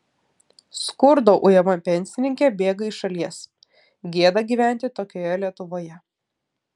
skurdo ujama pensininkė bėga iš šalies gėda gyventi tokioje lietuvoje